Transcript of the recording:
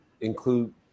include